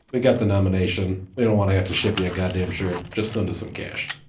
we got the nomination, we don't wanna have to ship you a goddamn shirt, just send us some cash.